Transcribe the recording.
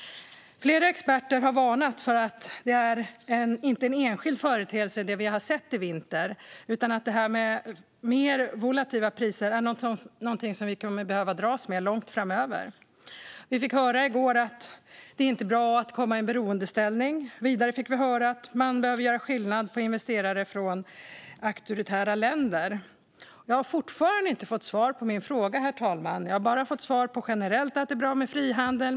Flera experter har varnat för att det som vi har sett i vinter inte är en enskild företeelse utan att detta med mer volatila priser är någonting som vi kommer att dras med lång tid framöver. Vi fick i går höra att det inte är bra att komma i beroendeställning. Vidare fick vi höra att man behöver göra skillnad på investerare från auktoritära länder. Jag har fortfarande inte fått svar på min fråga, utan jag har bara fått ett generellt svar om att det är bra med frihandel.